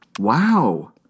Wow